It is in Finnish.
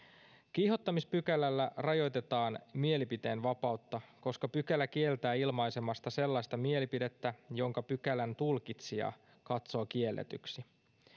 kiihottamispykälällä rajoitetaan mielipiteenvapautta koska pykälä kieltää ilmaisemasta sellaista mielipidettä jonka pykälän tulkitsija katsoo kielletyksi